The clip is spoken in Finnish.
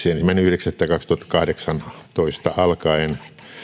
ensimmäinen yhdeksättä kaksituhattakahdeksantoista alkaen